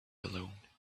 alone